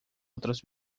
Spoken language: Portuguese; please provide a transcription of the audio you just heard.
outras